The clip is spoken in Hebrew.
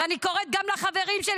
ואני קוראת גם לחברים שלי,